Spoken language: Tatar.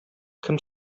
кем